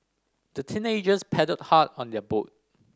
the teenagers paddled hard on their boat